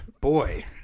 Boy